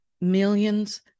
millions